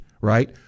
right